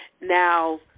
Now